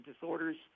disorders